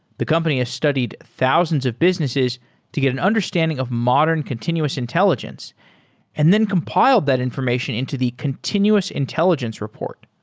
the company has studied thousands of businesses to get an understanding of modern continuous intelligence and then compile that information into the continuous intelligence report,